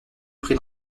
prit